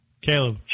Caleb